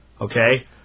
okay